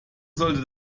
sollte